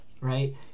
right